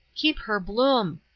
keep her bloom!